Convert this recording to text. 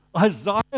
Isaiah